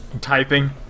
Typing